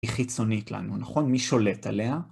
היא חיצונית לנו, נכון? מי שולט עליה?